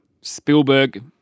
Spielberg